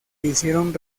hicieron